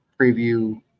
preview –